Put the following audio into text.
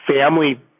family